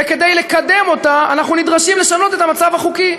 וכדי לקדם אותה אנחנו נדרשים לשנות את המצב החוקי.